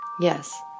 Yes